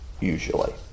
usually